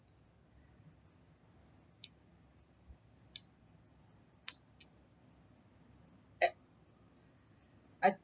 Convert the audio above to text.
at I